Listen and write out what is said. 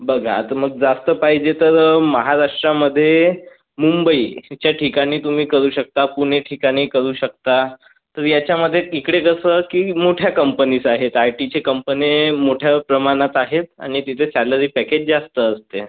बघा आता मग जास्त पाहिजे तर महाराष्ट्रामध्ये मुंबईच्या ठिकाणी तुम्ही करू शकता पुणे ठिकाणी करू शकता तर याच्यामध्ये तिकडे कसं की मोठ्या कंपनीज आहेत आय टीचे कंपनी मोठ्या प्रमाणात आहेत आणि तिथे सॅलरी पॅकेज जास्त असते